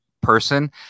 Person